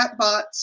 chatbots